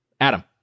Adam